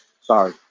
sorry